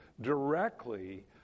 directly